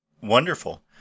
Wonderful